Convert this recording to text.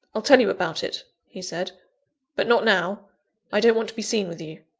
i'll tell you about it, he said but not now i don't want to be seen with you.